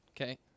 Okay